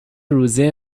روزی